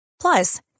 Plus